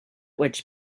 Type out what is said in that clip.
which